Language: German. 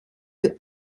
für